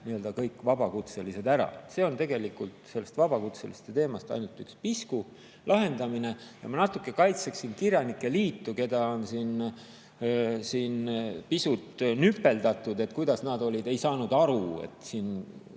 kõik vabakutselised ära. See on tegelikult sellest vabakutseliste teemast ainult ühe pisku lahendamine. Ma natuke kaitseksin kirjanike liitu, keda on siin pisut nüpeldatud, et kuidas nad ei saanud aru, et siin